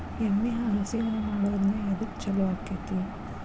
ಎಮ್ಮಿ ಹಾಲು ಸೇವನೆ ಮಾಡೋದ್ರಿಂದ ಎದ್ಕ ಛಲೋ ಆಕ್ಕೆತಿ?